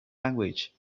language